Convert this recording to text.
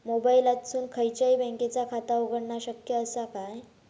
मोबाईलातसून खयच्याई बँकेचा खाता उघडणा शक्य असा काय?